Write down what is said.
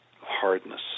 hardness